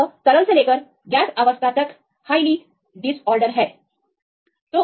यह तरल से लेकर गैस अवस्था तक हाईली डिसऑर्डर है